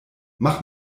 mach